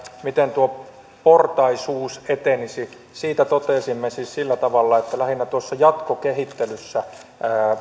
miten tuo portaisuus etenisi siitä totesimme siis sillä tavalla että lähinnä tuossa jatkokehittelyssä